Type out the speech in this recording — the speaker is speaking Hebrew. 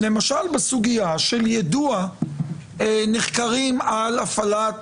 למשל בסוגיה של יידוע נחקרים על הפעלת